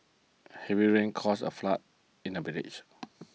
heavy rains caused a flood in the village